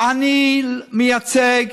גם אם הוא היה שר ממפלגת,